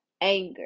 Anger